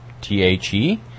T-H-E